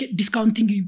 discounting